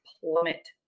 plummet